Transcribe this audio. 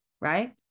right